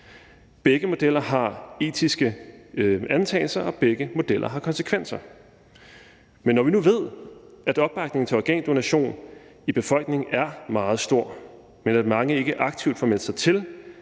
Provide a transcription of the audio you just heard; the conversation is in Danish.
Begge modeller har etiske antagelser, og begge modeller har konsekvenser. Men når vi nu ved, at opbakningen til organdonation er meget stor i befolkningen, men at mange ikke aktivt får meldt sig til,